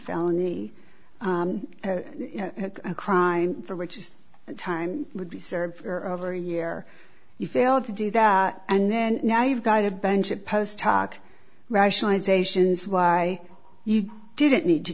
felony crime for which is that time would be served for over a year you failed to do that and then now you've got a bench of post hoc rationalizations why you didn't need to